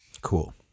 Cool